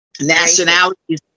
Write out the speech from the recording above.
nationalities